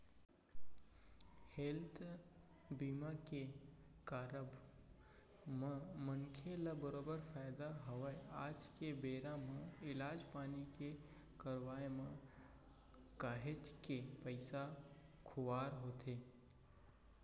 health बीमा के कारब म मनखे ल बरोबर फायदा हवय आज के बेरा म इलाज पानी के करवाय म काहेच के पइसा खुवार होथे